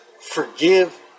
Forgive